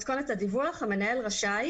מתכונת הדיווח המנהל רשאי,